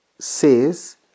says